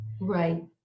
Right